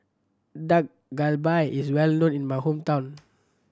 Dak Galbi is well known in my hometown